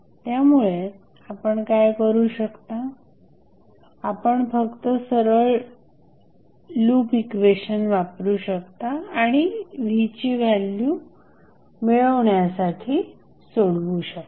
त्यामुळे आपण काय करू शकता आपण फक्त सरळ लूप इक्वेशन वापरू शकता आणि v ची व्हॅल्यू मिळवण्यासाठी सोडवू शकता